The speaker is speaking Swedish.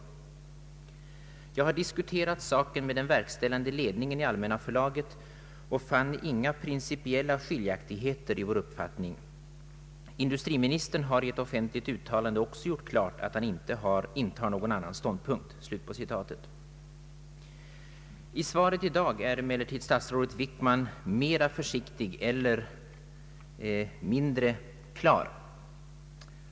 Jag har diskuterat saken med den verkställande ledningen i Alf och fann inga principiella skiljaktigheter i vår uppfattning. Industriministern har i ett offentligt uttalande också gjort klart att han inte intar någon annan ståndpunkt.” I svaret i dag är emellertid statsrådet Wickman mera försiktig eller mindre klar.